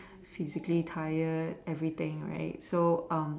physically tired everything right so um